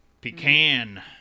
Pecan